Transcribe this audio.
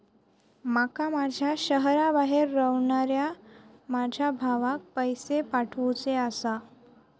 माका माझ्या शहराबाहेर रव्हनाऱ्या माझ्या भावाक पैसे पाठवुचे आसा